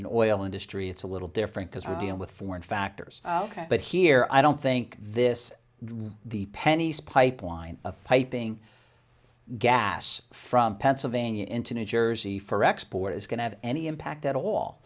in oil industry it's a little different because we deal with foreign factors but here i don't think this really the pennies pipeline piping gas from pennsylvania into new jersey for export is going to have any impact at all